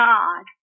God